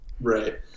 Right